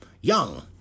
young